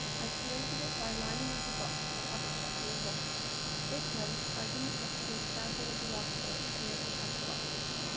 i created it by lining off a box for the habit tracker with washi tape. this meant i didn't have to be as careful with the watercolour to create the tracker box.